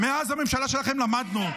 מאז הממשלה שלכם למדנו.